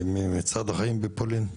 ממצעד החיים בפולין,